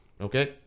Okay